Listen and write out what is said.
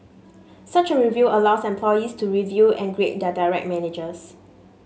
such a review allows employees to review and grade their direct managers